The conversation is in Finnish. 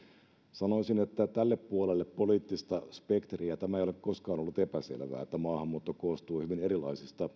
sanoisin että tälle puolelle poliittista spektriä tämä ei ole koskaan ollut epäselvää että maahanmuutto koostuu hyvin erilaisista